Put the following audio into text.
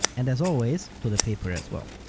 and as always, to the paper as well.